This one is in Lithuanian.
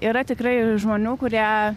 yra tikrai žmonių kurie